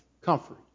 comfort